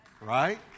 Right